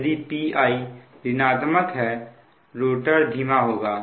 इसलिए यदि Pi ऋणात्मक है रोटर धीमा होगा